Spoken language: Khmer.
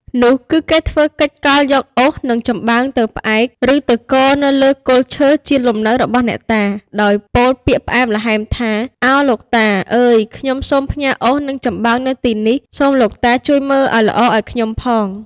នោះគឺគេធ្វើកិច្ចកលយកអុស និង ចំបើងទៅផ្អែក ឬទៅគរនៅលើគល់ឈើជាលំនៅរបស់អ្នកតា ដោយពោលពាក្យផ្អែមល្ហែមថា ឱ! លោកតា អើយខ្ញុំសូមផ្ញើអុស និង ចំបើងនៅទីនេះ សូមលោកតា ជួយមើលឱ្យល្អឱ្យខ្ញុំផង។